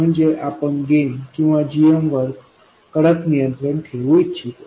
म्हणजे आपण गेन किंवा gm वर कडक नियंत्रण ठेवू इच्छितो